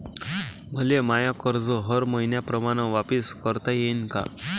मले माय कर्ज हर मईन्याप्रमाणं वापिस करता येईन का?